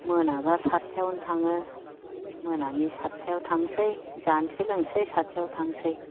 मोनाबा सातथायावनो थाङो मोनानि सातथायाव थांनोसै जानोसै लोंनोसै सातथायाव थांनोसै